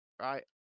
right